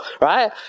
right